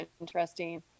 interesting